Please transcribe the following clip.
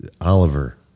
Oliver